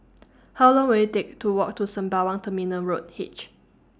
How Long Will IT Take to Walk to Sembawang Terminal Road H